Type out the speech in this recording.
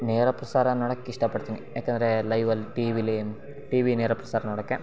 ನೇರಪ್ರಸಾರ ನೋಡಕ್ಕೆ ಇಷ್ಟಪಡ್ತೀನಿ ಏಕಂದ್ರೆ ಲೈವಲ್ಲಿ ಟಿ ವಿಲಿ ಟಿ ವಿ ನೇರಪ್ರಸಾರ ನೋಡಕ್ಕೆ